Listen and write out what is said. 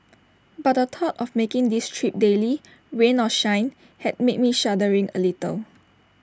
but the tough of making this trip daily rain or shine had me shuddering A little